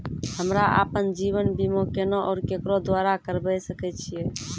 हमरा आपन जीवन बीमा केना और केकरो द्वारा करबै सकै छिये?